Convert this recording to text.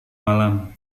malam